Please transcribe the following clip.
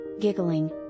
giggling